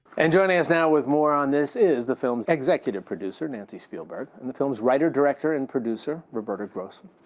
and joining us now with more on this is the film's executive producer, nancy spielberg. and the film's writer, director and producer, roberta grossman.